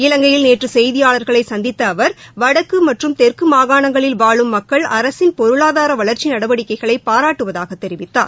இலங்கையில் நேற்று செய்தியாளா்களை சந்தித்த அவா் வடக்கு மற்றும் தெற்கு மாகாணங்களில் வாழும் மக்கள் அரசின் பொருளாதார வளர்ச்சி நடவடிக்கைகளை பாராட்டுவதாகத் தெரிவித்தார்